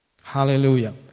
Hallelujah